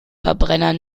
verbrenner